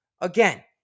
Again